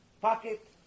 pocket